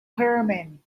herman